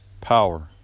power